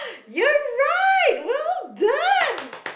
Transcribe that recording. you're right well done